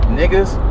niggas